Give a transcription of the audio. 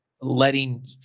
letting